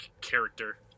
character